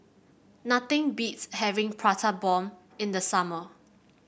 nothing beats having Prata Bomb in the summer